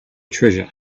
treasure